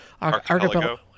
archipelago